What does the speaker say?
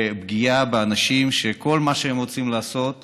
בפגיעה באנשים שכל מה שהם רוצים לעשות